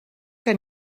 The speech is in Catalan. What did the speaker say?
que